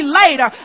later